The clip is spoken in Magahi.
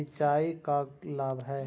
सिंचाई का लाभ है?